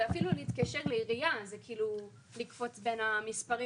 ואפילו להתקשר לעירייה זה כאילו לקפוץ בין המספרים,